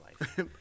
life